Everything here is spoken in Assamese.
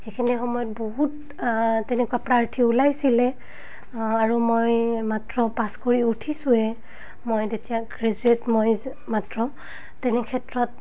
সেইখিনি সময়ত বহুত তেনেকুৱা প্ৰাৰ্থী ওলাইছিলে আৰু মই মাত্ৰ পাছ কৰি উঠিছোঁহে মই তেতিয়া গ্ৰেজুুৱেট মই মাত্ৰ তেনে ক্ষেত্ৰত